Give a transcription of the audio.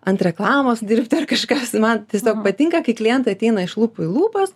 ant reklamos dirbti ar kažkas man tiesiog patinka kai klientai ateina iš lūpų į lūpas